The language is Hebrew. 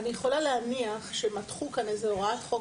אני יכולה להניח שמתחו כאן איזו הוראת חוק